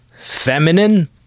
feminine